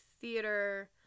theater